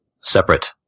separate